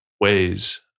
ways